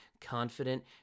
confident